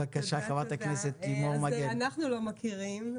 אנחנו לא מכירים.